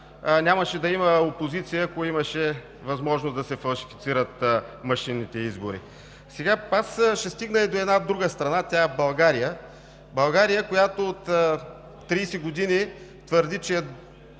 нямаше да има опозиция, ако имаше възможност да се фалшифицират машинните избори. Аз ще стигна и до една друга страна – тя е България. България, която от 30 години твърди, че е